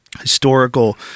historical